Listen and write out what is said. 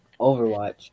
Overwatch